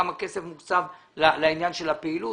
כמה כסף מוקצב לעניין של הפעילות.